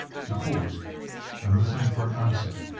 he paused and listened for an answer.